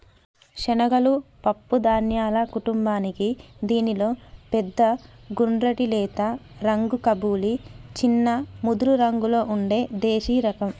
శనగలు పప్పు ధాన్యాల కుటుంబానికీ దీనిలో పెద్ద గుండ్రటి లేత రంగు కబూలి, చిన్న ముదురురంగులో ఉండే దేశిరకం